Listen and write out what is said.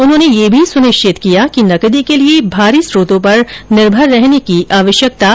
उन्होंने यह भी सुनिश्चित किया कि नकदी के लिए बाहरी स्त्रोतों पर निर्भर रहने की आवश्यकता नहीं होगी